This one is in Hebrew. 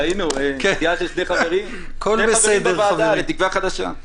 ראינו שני חברים בוועדה לתקווה חדשה.